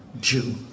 Jew